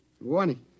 Warning